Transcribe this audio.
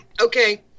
Okay